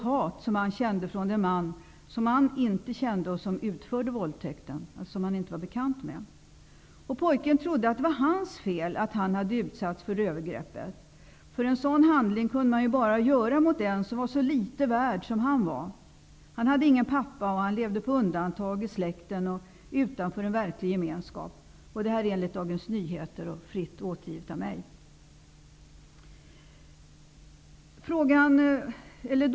Han kände ett starkt hat mot den man som utförde våldtäkten och som han inte kände eller var bekant med. Pojken trodde att det var hans eget fel att han hade utsatts för övergreppet. En sådan handling kunde man ju bara göra mot den som var så litet värd som han var. Han hade ingen pappa, och han levde på undantag i släkten och utanför en verklig gemenskap. Detta är fritt återgivet av mig enligt Dagens Nyheter.